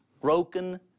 broken